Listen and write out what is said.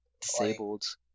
Disabled